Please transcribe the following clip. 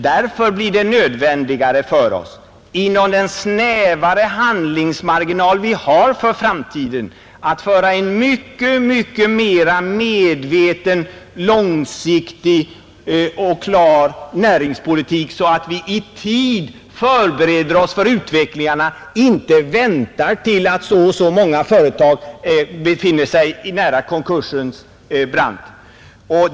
Därför blir det nödvändigare för oss, inom den snävare handlingsmarginal som vi har för framtiden, att föra en mycket mer medveten, långsiktig och klar näringspolitik så att vi i tid förbereder oss för kommande, hårdare utveckling — inte väntar tills så och så många företag befinner sig nära konkursens brant.